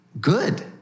good